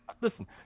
Listen